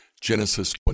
Genesis